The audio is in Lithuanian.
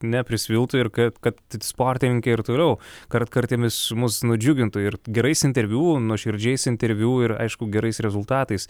neprisviltų ir kad kad sportininkė ir toliau kartkartėmis mus nudžiugintų ir gerais interviu nuoširdžiais interviu ir aišku gerais rezultatais